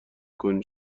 کنی